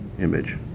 image